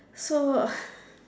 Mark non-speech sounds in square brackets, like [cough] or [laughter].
so [laughs]